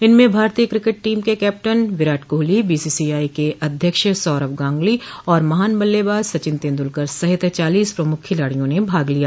इनमें भारतीय cricket team के captain Virat Kohli BCC I के अध्यक्ष सौरभ गांगुली और महान बल्लेबाज सचिन तेंदुलकर सहित चालीस प्रमुख खिलाडियों ने भाग लिया